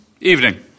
Evening